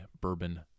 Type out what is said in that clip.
Bourbon